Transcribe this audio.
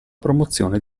promozione